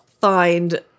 find